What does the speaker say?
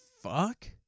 fuck